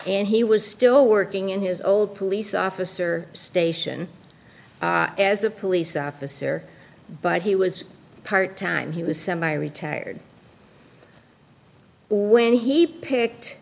and he was still working in his old police officer station as a police officer but he was part time he was semi retired or when he picked